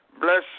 bless